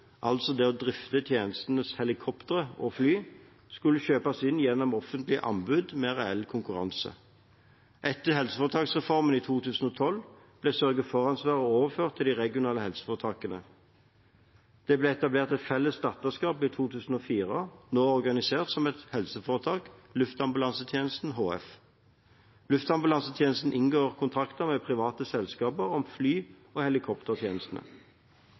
altså det å drifte tjenestens helikoptre og fly, skulle kjøpes inn gjennom offentlig anbud med reell konkurranse. Etter helseforetaksreformen i 2012 ble sørge for-ansvaret overført til de regionale helseforetakene. Det ble etablerte et felles datterselskap i 2004, nå organisert som et helseforetak: Luftambulansetjenesten HF. Luftambulansetjenesten inngår kontrakter med private selskaper om fly- og helikoptertjenestene.